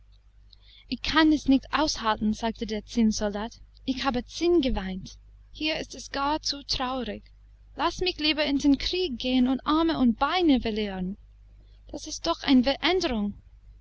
ich kann es nicht aushalten sagte der zinnsoldat ich habe zinn geweint hier ist es gar zu traurig laß mich lieber in den krieg gehen und arme und beine verlieren das ist doch eine veränderung